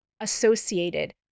associated